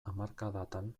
hamarkadatan